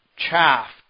chaff